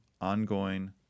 ongoing